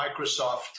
Microsoft